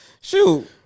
shoot